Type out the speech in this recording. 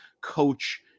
coach